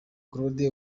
claude